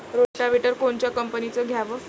Rotavator कोनच्या कंपनीचं घ्यावं?